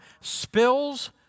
spills